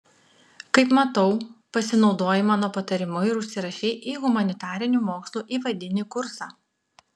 kaip matau pasinaudojai mano patarimu ir užsirašei į humanitarinių mokslų įvadinį kursą